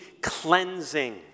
cleansing